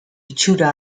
itxura